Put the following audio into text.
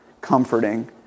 comforting